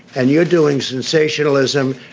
and you're doing sensationalism.